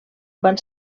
van